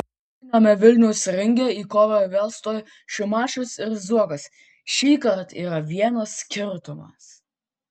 politiniame vilniaus ringe į kovą vėl stoja šimašius ir zuokas šįkart yra vienas skirtumas